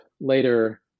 later